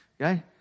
okay